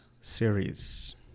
series